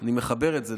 אני מחבר את זה,